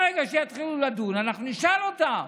ברגע שיתחילו לדון, אנחנו נשאל אותם,